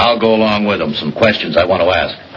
i'll go along with him some questions i want to as